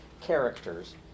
characters